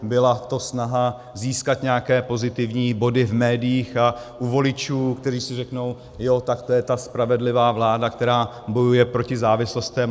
Byla to snaha získat nějaké pozitivní body v médiích a u voličů, kteří si řeknou jo, tak to je ta spravedlivá vláda, která bojuje proti závislostem.